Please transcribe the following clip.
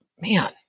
man